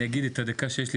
אני אגיד את הדקה שיש לי.